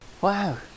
Wow